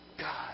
God